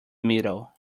middle